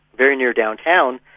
very near downtown.